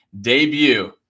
debut